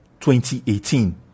2018